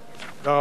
תודה רבה לך,